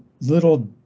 little